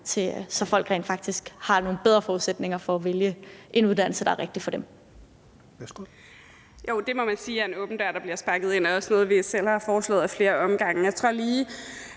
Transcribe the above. så folk rent faktisk har nogle bedre forudsætninger for at vælge en uddannelse, der er rigtig for dem.